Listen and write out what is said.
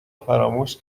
فراموش